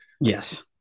Yes